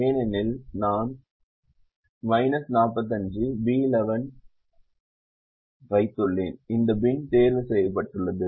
ஏனெனில் நான் 45 பி 11 45 ஐ வைத்துள்ளேன் இந்த பின் தேர்வு செய்யப்பட்டுள்ளது